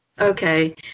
Okay